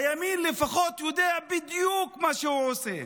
הימין לפחות יודע בדיוק מה הוא עושה,